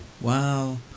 Wow